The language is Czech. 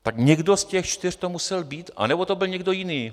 Tak někdo z těch čtyř to musel být, anebo to byl někdo jiný.